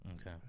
Okay